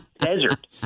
desert